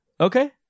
Okay